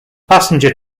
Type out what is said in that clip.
passenger